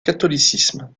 catholicisme